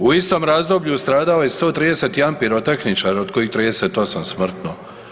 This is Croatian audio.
U istom razdoblju stradao je 131 pirotehničar od kojih 38 smrtno.